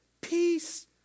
peace